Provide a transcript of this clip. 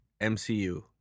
MCU